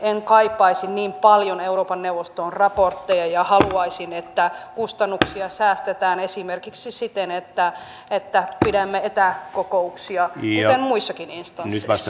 en kaipaisi niin paljon euroopan neuvostoon raportteja ja haluaisin että kustannuksia säästetään esimerkiksi siten että pidämme etäkokouksia kuten muissakin instansseissa